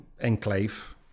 enclave